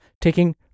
taking